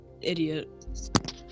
idiot